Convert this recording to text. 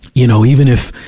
you know, even if,